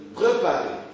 préparer